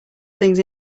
things